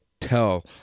tell